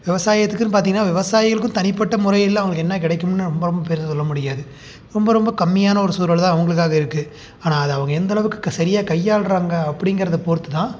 விவசாயத்துக்குன்னு பார்த்தீங்கன்னா விவசாயிகளுக்கும் தனிப்பட்ட முறையில் அவங்களுக்கு என்ன கிடைக்கும்னு ரொம்ப பெருசாக சொல்லமுடியாது ரொம்ப ரொம்ப கம்மியான ஒரு சூழல் தான் அவங்களுக்காக இருக்குது ஆனால் அதை அவங்க எந்தளவுக்கு சரியாக கையாள்கிறாங்க அப்படிங்கறத பொறுத்து தான்